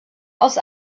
aus